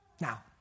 Now